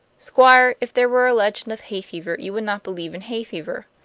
squire, if there were a legend of hay fever, you would not believe in hay fever.